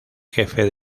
jefe